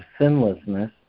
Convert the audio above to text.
Sinlessness